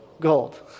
Gold